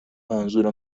منظور